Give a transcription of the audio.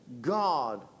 God